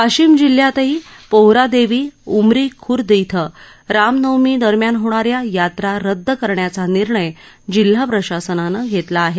वाशिम जिल्ह्यातही पोहरादेवी उमरी खुर्द इथं राम नवमीदरम्यान होणाऱ्या यात्रा रदद करण्याचा निर्णयत जिल्हा प्रशासनानं घेतला आहे